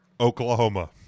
Oklahoma